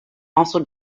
also